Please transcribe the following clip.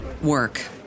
work